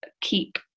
keep